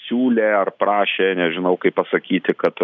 siūlė ar prašė nežinau kaip pasakyti kad